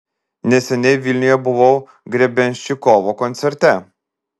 neseniai vilniuje buvau grebenščikovo koncerte